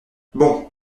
bon